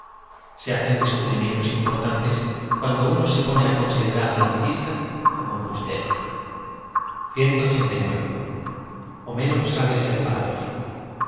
se hacen descubrimientos impor tan tes cuando uno se pone á considerar al artista como embustero omero sabe ser paradójico